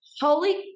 Holy